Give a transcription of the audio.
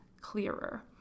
clearer